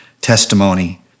testimony